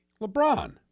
LeBron